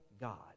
God